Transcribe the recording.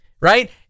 right